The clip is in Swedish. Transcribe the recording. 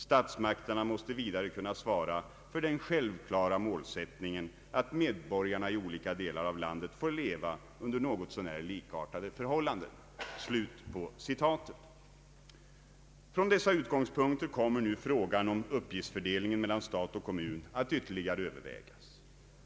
Statsmakterna måste vidare kunna svara för den självklara målsättningen att medborgarna i olika delar av landet får leva under något så när likartade förhållanden.” Från dessa utgångspunkter kommer nu frågan om uppgiftsfördelningen mellan stat och kommun att ytterligare övervägas.